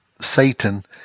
Satan